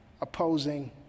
opposing